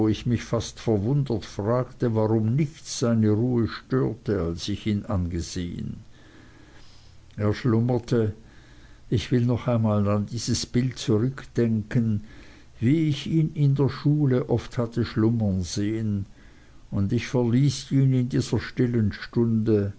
ich mich fast verwundert fragte warum nichts seine ruhe störte als ich ihn angesehen er schlummerte ich will noch einmal an dieses bild zurückdenken wie ich ihn in der schule oft hatte schlummern sehen und ich verließ ihn in dieser stillen stunde